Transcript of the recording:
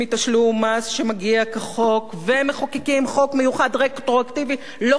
מס שמגיע כחוק ומחוקקים חוק מיוחד רטרואקטיבי לא חוקתי,